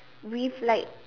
with like